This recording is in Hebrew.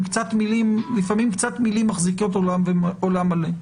לפעמים קצת מלים מחזיקות עולם מלא.